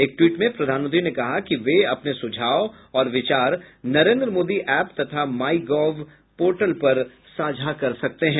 एक ट्वीट में प्रधानमंत्री ने कहा कि वे अपने सुझाव और विचार नरेन्द्र मोदी ऐप तथा माई गोव पोर्टल पर साझा कर सकते हैं